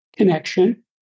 connection